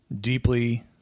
deeply